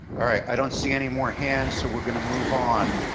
i don't see any more hands so we're gonna move on.